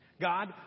God